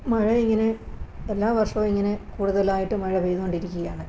മഴ ഇങ്ങനെ എല്ലാ വർഷവും ഇങ്ങനെ കൂടുതലായിട്ടു മഴ പെയ്തു കൊണ്ടിരിക്കുകയാണ്